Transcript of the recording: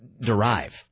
derive